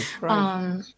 Right